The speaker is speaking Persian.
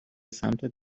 سمتت